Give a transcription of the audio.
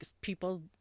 people